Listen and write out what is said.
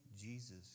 Jesus